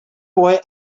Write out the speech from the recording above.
boy